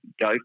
go